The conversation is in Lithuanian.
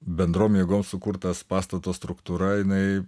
bendrom jėgom sukurtas pastato struktūra jinai